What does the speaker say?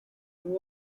new